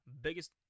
biggest